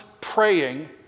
praying